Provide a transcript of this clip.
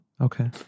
okay